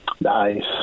Nice